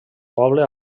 poble